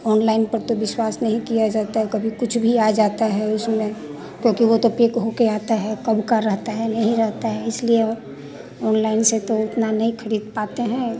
online पर तो विश्वास नहीं किया जाता है कभी कुछ भी आ जाता है उसमें क्योंकि वह तो पेक होकर आता है कब का रहता है नहीं रहता है इसलिए वह ओनलाइन से तो उतना नहीं खरीद पाते हैं